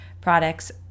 products